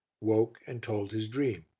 woke and told his dream.